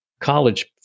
College